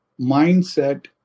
Mindset